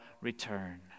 return